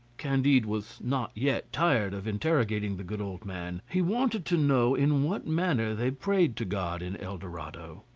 candide was not yet tired of interrogating the good old man he wanted to know in what manner they prayed to god in el dorado.